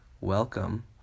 Welcome